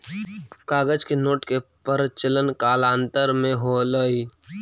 कागज के नोट के प्रचलन कालांतर में होलइ